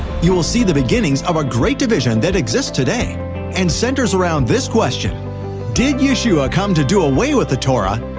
you will see the beginnings of a great division that exists today and centers around this question did yeshua come to do away with the torah,